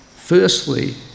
firstly